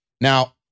Now